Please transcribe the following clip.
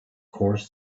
course